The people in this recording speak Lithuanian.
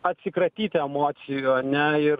atsikratyt emocijų ane ir